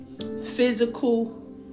physical